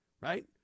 right